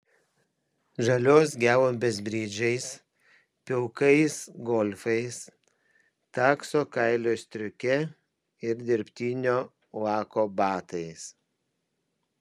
žalios gelumbės bridžais pilkais golfais takso kailio striuke ir dirbtinio lako batais